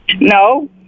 No